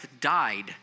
died